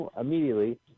immediately